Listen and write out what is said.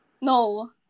No